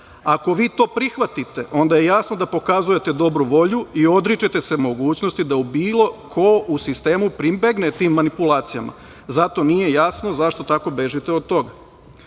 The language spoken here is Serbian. Ako vi to prihvatite, onda je jasno da pokazujete dobru volju i odričete se mogućnosti da bilo ko u sistemu pribegne tim manipulacijama. Zato nije jasno zašto tako bežite od toga“.